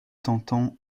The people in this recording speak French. tentant